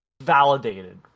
validated